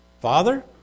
Father